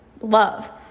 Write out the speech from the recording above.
love